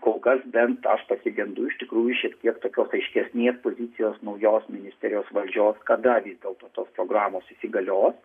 kol kas bent aš pasigendu iš tikrųjų šiek tiek tokios aiškesnės pozicijos naujos ministerijos valdžios kada vis dėlto tos programos įsigalios